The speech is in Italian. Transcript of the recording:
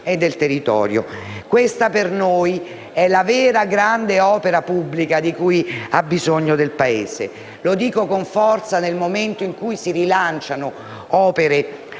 e del territorio stesso. Questa per noi è la vera, grande opera pubblica di cui ha bisogno il Paese. E lo dico con forza nel momento in cui si rilanciano opere